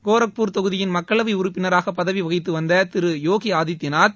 கோர்பூர் தொகுதியின் மக்களவை உறுப்பினராக பதவிவகித்து வந்த திரு யோகி ஆதித்யநாத்